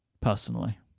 personally